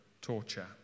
torture